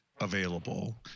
available